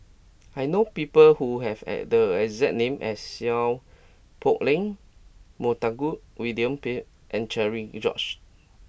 I know people who have at the exact name as Seow Poh Leng Montague William Pett and Cherian George